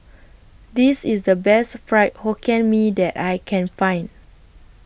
This IS The Best Fried Hokkien Mee that I Can Find